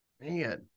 Man